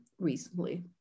recently